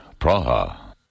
Praha